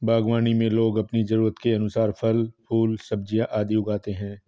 बागवानी में लोग अपनी जरूरत के अनुसार फल, फूल, सब्जियां आदि उगाते हैं